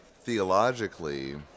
theologically